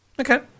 Okay